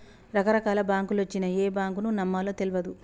రకరకాల బాంకులొచ్చినయ్, ఏ బాంకును నమ్మాలో తెల్వదు